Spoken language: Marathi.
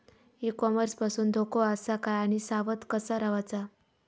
ई कॉमर्स पासून धोको आसा काय आणि सावध कसा रवाचा?